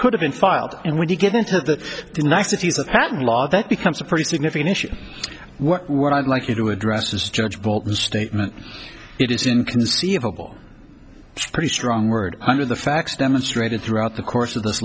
could have been filed and when you get into the niceties of patent law that becomes a pretty significant issue what i'd like you to address is judge bolton statement it is inconceivable pretty strong word under the facts demonstrated throughout the course of this